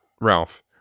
Ralph